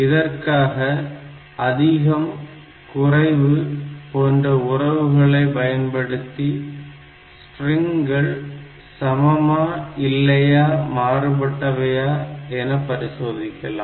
இதற்காக அதிகம் குறைவு greater than less than போன்ற உறவுகளை பயன்படுத்தி ஸ்ட்ரிங்கள் சமமா இல்லை மாறுபட்டவையா என பரிசோதிக்கலாம்